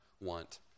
want